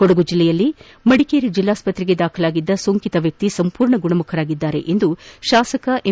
ಕೊಡಗು ಜಿಲ್ಲೆಯ ಮಡಿಕೇರಿ ಜಿಲ್ಲಾಸ್ತ್ರತೆಗೆ ದಾಖಲಾಗಿದ್ದ ಸೋಂಕಿತ ವ್ಯಕ್ತಿ ಸಂಪೂರ್ಣ ಗುಣಮುಖರಾಗಿದ್ದಾರೆಂದು ಶಾಸಕ ಎಂ